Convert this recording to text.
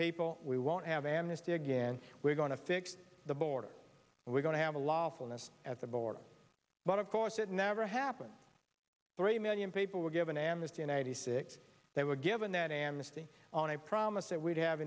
people we won't have amnesty again we're going to fix the border but we're going to have a lawful n'est at the border but of course it never happened three million people were given amnesty in eighty six they were given that amnesty on a promise that we'd have